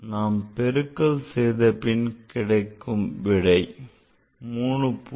நாம் பெருக்கல் செய்தபின் கிடைத்த விடை 3